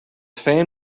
fan